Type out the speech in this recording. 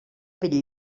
bell